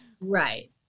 Right